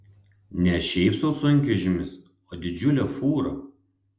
ne šiaip sau sunkvežimis o didžiulė fūra